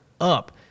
up